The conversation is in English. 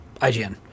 IGN